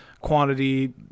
quantity –